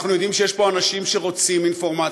אנחנו יודעים שיש פה אנשים שרוצים אינפורמציה,